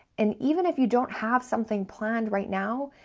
and even if you don't have something planned right now,